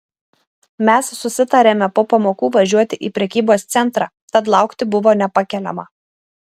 mes susitarėme po pamokų važiuoti į prekybos centrą tad laukti buvo nepakeliama